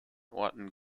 orten